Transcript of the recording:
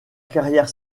carrière